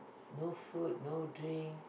no food no drink